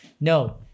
No